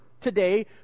today